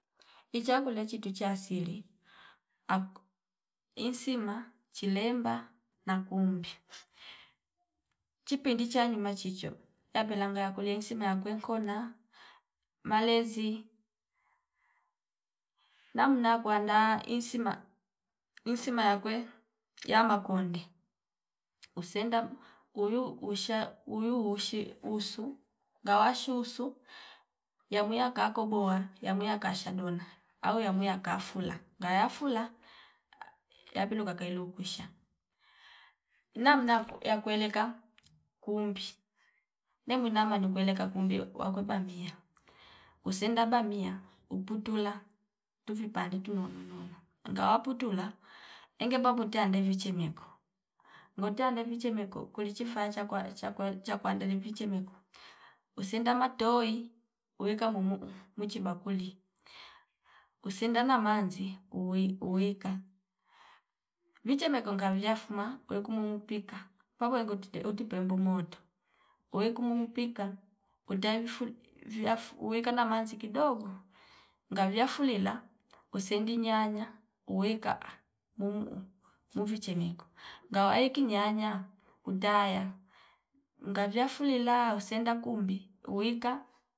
Ichakule chitu cha asili ako insima chilemba nakumbe chipindi cha nyuma chichyo yapelanga yakulie insima yakue nkona malezi namna ya kuanda insima msima yakwe ya makonde usenda uyu usha uyu ushi usu ngawa shi usu yamu yaka kogoa yamuya kasha dona au yamuya kafula ngaya fula yapiluka kailu kusha namna yakueleka kumbi nemwinama ni kuelekea kundio wakwepa mia kusenda bamia uputula utu vipande tunono nomo ngawa putula enge bapu tane ndeve chenyengo nguta ndevi chemeko kulichi fa chakua- chakua- chakuandelivi chimiko usenda matoi uyeka mumu mwichi bakuli usinda na manzi uwi- uwika viche megonga viya fuma wekumumu pika pabwe ngot teute pembu moto wekumumu pika utalifu viyafu uweka na manzi kidogo ngaviya fulila usindi nyanya uweka mumu muvi chemeko ngawa eki nyanya utaya ngavia fulila usenda kumbi uwika